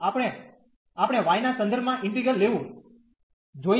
આપણે આપણે y ના સંદર્ભમાં ઈન્ટિગ્રલ લેવું જોઈએ